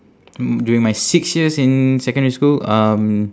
mm during my six years in secondary school um